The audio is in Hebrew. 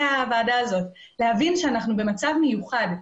בוועדה הזאת להבין שאנחנו במצב מיוחד.